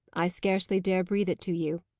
i scarcely dare breathe it to you,